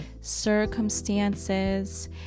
circumstances